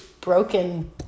broken